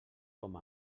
com